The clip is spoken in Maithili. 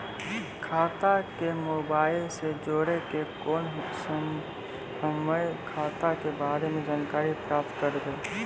खाता के मोबाइल से जोड़ी के केना हम्मय खाता के बारे मे जानकारी प्राप्त करबे?